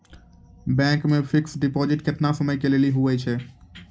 Bank मे fixed deposit केतना समय के लेली होय छै?